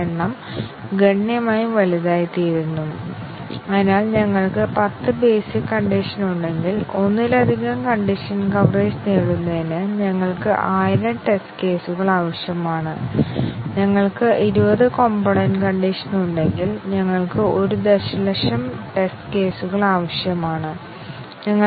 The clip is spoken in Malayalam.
അത് നമുക്ക് നോക്കാം കൂടാതെ ബേസിക് കണ്ടിഷൻ ടെസ്റ്റിംഗ് ഡിസിഷൻ ടെസ്റ്റിങ്നേക്കാൾ ശക്തമായ ഒരു ടെസ്റ്റിംഗ് അല്ല basic condition testing decision testing ഉറപ്പാക്കുന്നില്ല